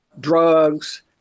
drugs